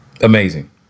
amazing